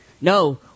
No